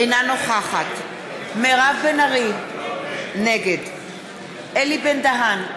אינה נוכחת מירב בן ארי, נגד אלי בן-דהן,